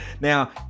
Now